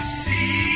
see